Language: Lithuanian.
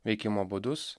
veikimo būdus